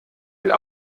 will